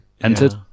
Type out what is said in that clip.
entered